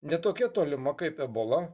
ne tokia tolima kaip ebola